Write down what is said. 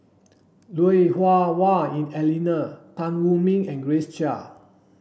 Lui Hah Wah Elena Tan Wu Meng and Grace Chia